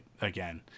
again